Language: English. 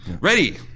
ready